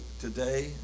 today